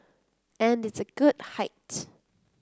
and it's a good height